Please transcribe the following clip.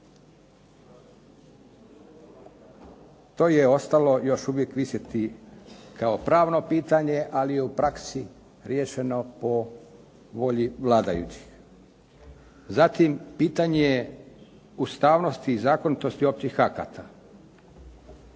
To je ostalo još uvijek visiti kao pravno pitanje, ali je u praksi riješeno po volji vladajućih. Zatim pitanje ustavnosti i zakonitosti općih akata.